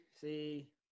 see